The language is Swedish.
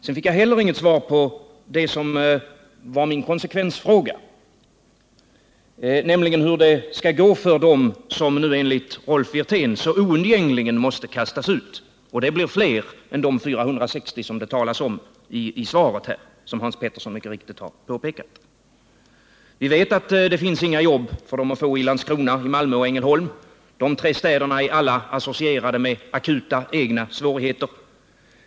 Jag fick heller inget svar på det som var min konsekvensfråga, nämligen hur det skall gå för dem som nu enligt Rolf Wirtén oundgängligen måste kastas ut. Och det blir fler än de 460 som det talas om i svaret, som Hans Pettersson mycket riktigt har påpekat. Vi vet att det finns inga jobb för dem att få i Landskrona, Malmö och Ängelholm. De tre städerna är alla associerade med akuta egna svårigheter.